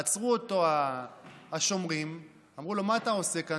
עצרו אותו השומרים ואמרו לו: מה את עושה כאן?